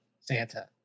Santa